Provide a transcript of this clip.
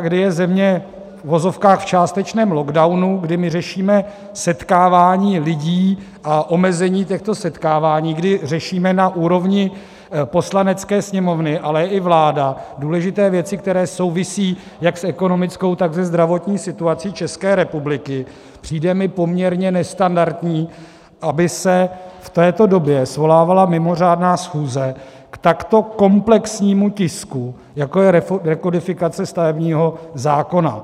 kdy je země v uvozovkách v částečném lockdownu, kdy my řešíme setkávání lidí a omezení těchto setkávání, kdy řešíme na úrovni Poslanecké sněmovny, ale i vláda, důležité věci, které souvisí jak s ekonomickou, tak se zdravotní situací České republiky, přijde mi poměrně nestandardní, aby se v této době svolávala mimořádná schůze k takto komplexnímu tisku, jako je rekodifikace stavebního zákona.